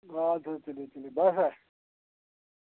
اَدٕ حظ تُلِو تُلِو بَسا